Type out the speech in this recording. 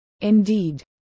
Indeed